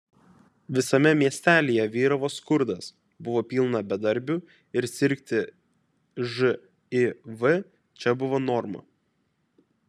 visame miestelyje vyravo skurdas buvo pilna bedarbių ir sirgti živ čia buvo norma